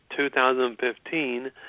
2015